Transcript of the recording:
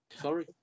Sorry